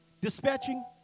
Dispatching